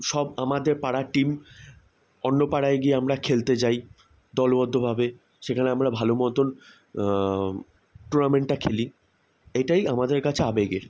সব আমাদের পাড়ার টিম অন্য পাড়ায় গিয়ে আমরা খেলতে যাই দলবদ্ধভাবে সেখানে আমরা ভালো মতোন টুর্নামেন্টটা খেলি এটাই আমাদের কাছে আবেগের